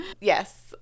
Yes